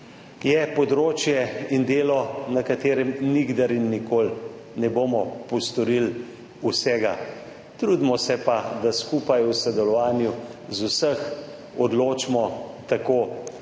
Je področje in delo, na katerem nikdar in nikoli ne bomo postorili vsega. Trudimo se pa, da skupaj v sodelovanju z vsemi odločimo tako,